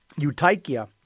Eutychia